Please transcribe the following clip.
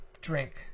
drink